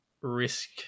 risk